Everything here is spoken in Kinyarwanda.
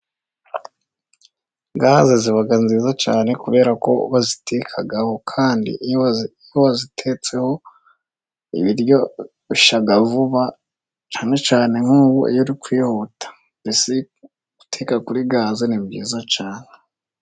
Gaze ziba nziza cyane, kubera ko bazitekaho kandi iyo wayitetseho ibiryo bishya vuba, cyane cyane nkubu iyo uri kwihuta, mbese guteka kuri gaze ni byiza cyane.